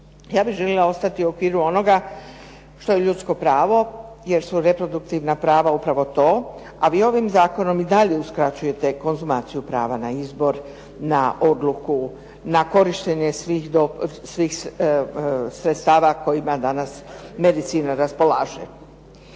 Ja bih željela ostati u okviru onoga što je ljudsko pravo, jer su reproduktivna prava upravo to, a vi ovim zakonom i dalje uskraćujete konzumaciju prava na izbor, na odluku, na korištenje svih sredstava kojima danas medicina raspolaže.